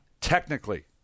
technically